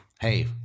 hey